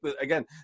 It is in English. again